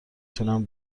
تونم